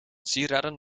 sieraden